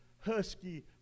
husky